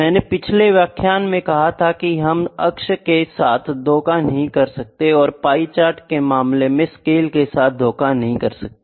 मैंने पिछले व्याख्यान में कहा था कि हम अक्ष के साथ धोखा नहीं कर सकते और पाई चार्ट के मामले में स्केल के साथ धोखा नहीं कर सकते